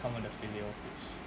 他们的 filet-O-fish